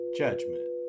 judgment